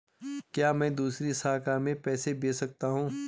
क्या मैं दूसरी शाखा में पैसे भेज सकता हूँ?